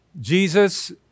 Jesus